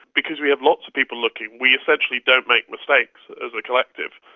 because we have lots of people looking we essentially don't make mistakes as a collective.